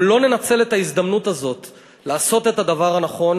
אם לא ננצל את ההזדמנות הזאת לעשות את הדבר הנכון